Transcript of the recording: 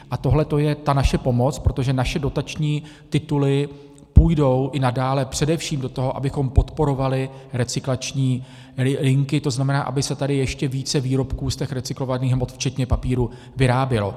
A tohle je ta naše pomoc, protože naše dotační tituly půjdou i nadále především do toho, abychom podporovali recyklační linky, to znamená, aby se tady ještě více výrobků z těch recyklovaných hmot včetně papíru vyrábělo.